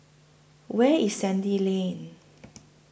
Where IS Sandy Lane